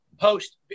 post